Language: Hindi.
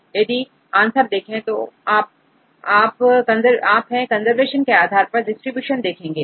अब यदि आंसर देखें तो आप हैं कंजर्वेशन के आधार पर iडिस्ट्रिब्यूटेड देखेंगे